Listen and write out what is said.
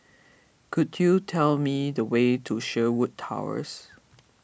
could you tell me the way to Sherwood Towers